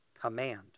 command